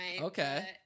Okay